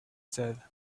said